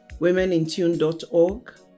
womenintune.org